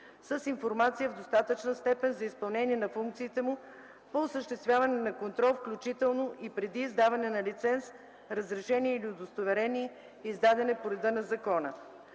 с информация в достатъчна степен за изпълнение на функциите му по осъществяване на контрол, включително и преди издаване на лиценз, разрешение или удостоверение, издадени по реда на закона.